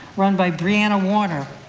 run by briana warner,